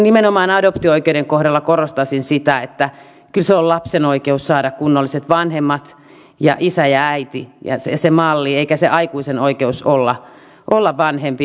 nimenomaan adoptio oikeuden kohdalla korostaisin sitä että kyllä siinä on se lapsen oikeus saada kunnolliset vanhemmat ja isä ja äiti se malli eikä se aikuisen oikeus olla vanhempi